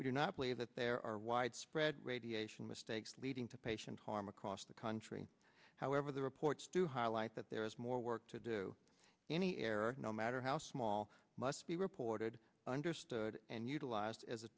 we do not believe that there are widespread radiation mistakes leading to patient harm across the country however the reports do highlight that there is more work to do any error no matter how small must be reported understood and utilized as a